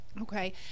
Okay